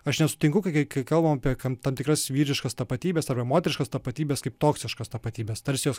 aš nesutinku kai kai kalbame apie tam tikras vyriškas tapatybes arba moteriškas tapatybes kaip toksiškas tapatybės tarsi jos